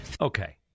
Okay